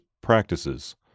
practices